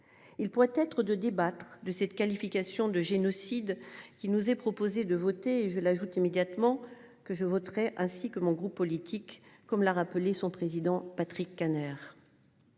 Il pourrait être de débattre de cette qualification de génocide qui nous est proposé de voter, je l'ajoute immédiatement que je voterai ainsi que mon groupe politique, comme l'a rappelé son président Patrick Kanner.